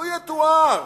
לו יתואר